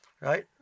right